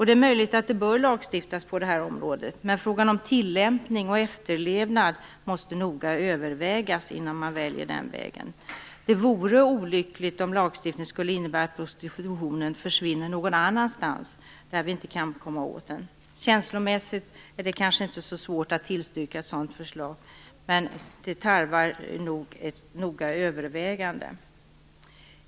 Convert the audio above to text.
Det är möjligt att det bör lagstiftas på det här området, men frågan om tillämpning och efterlevnad måste noga övervägas innan man väljer den vägen. Det vore olyckligt om lagstiftningen skulle innebära att prostitutionen försvinner någon annanstans, där vi inte kan komma åt den. Känslomässigt är det kanske inte så svårt att tillstyrka förslaget, men frågan tarvar ett noggrant övervägande.